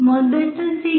మొదటి సిగ్నల్ 0